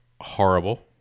horrible